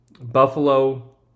Buffalo